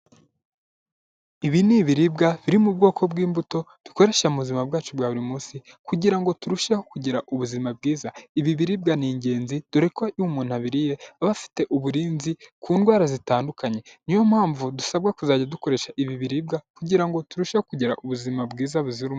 Ibi ni ibiribwa biri mu bwoko bw'imbuto, dukoresha mu buzima bwacu bwa buri munsi kugira ngo turusheho kugira ubuzima bwiza. Ibi biribwa ni ingenzi dore ko iyo umuntu abiriye aba afite uburinzi ku ndwara zitandukanye. Niyo mpamvu dusabwa kuzajya dukoresha ibi biribwa kugira ngo turusheho kugira ubuzima bwiza buzira umuze.